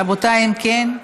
רבותיי, אם כן,